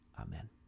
Amen